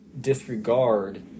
disregard